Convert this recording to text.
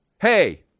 Hey